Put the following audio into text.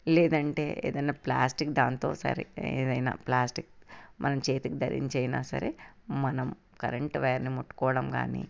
లేదంటే ఏదైనా ప్లాస్టిక్ దాంతో సరే ఏదైనా ప్లాస్టిక్ మనం చేతికి ధరించైనా సరే మనం కరెంటు వైర్ని ముట్టుకోవడం కానీ